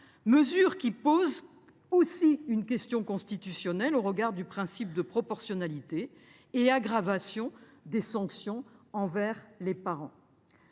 mesure soulevant aussi une question constitutionnelle au regard du principe de proportionnalité. Enfin, il aggravait les sanctions envers les parents.